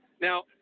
Now